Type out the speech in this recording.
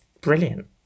brilliant